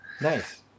Nice